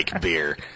beer